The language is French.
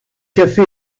café